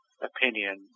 opinion